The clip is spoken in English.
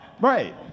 Right